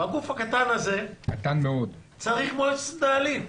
הגוף ה"קטן" הזה צריך מועצת מנהלים,